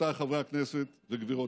רבותיי חברי הכנסת וגבירותיי,